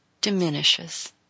diminishes